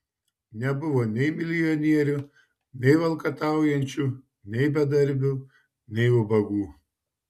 nebuvo nei milijonierių nei valkataujančių nei bedarbių nei ubagų